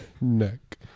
Neck